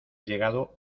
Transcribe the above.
llegado